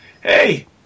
Hey